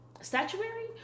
Statuary